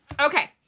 Okay